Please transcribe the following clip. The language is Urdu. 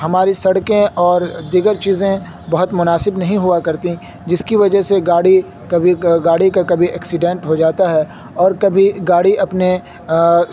ہماری سڑکیں اور دیگر چیزیں بہت مناسب نہیں ہوا کرتیں جس کی وجہ سے گاڑی کبھی گاڑی کا کبھی ایکسیڈنٹ ہو جاتا ہے اور کبھی گاڑی اپنے